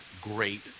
great